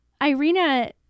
Irina